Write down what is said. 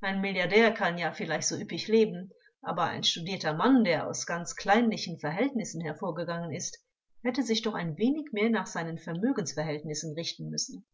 ein milliardär kann ja vielleicht so üppig leben aber ein studierter mann der aus ganz kleinlichen verhältnissen hervorgegangen ist hätte sich doch ein wenig mehr nach seinen vermögensverhältnissen richten müssen